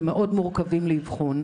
ומאוד מורכבים לאבחון.